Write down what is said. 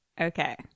Okay